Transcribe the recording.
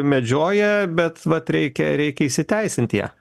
medžioja bet vat reikia reikia įsiteisint ją